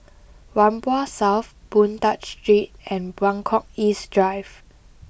Whampoa South Boon Tat Street and Buangkok East Drive